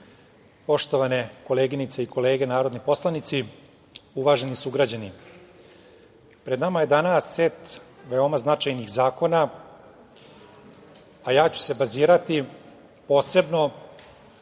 poštovane koleginice i kolege narodni poslanici, uvaženi sugrađani, pred nama je danas set veoma značajnih zakona, a ja ću se bazirati posebno